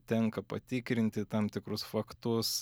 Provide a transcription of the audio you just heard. tenka patikrinti tam tikrus faktus